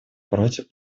против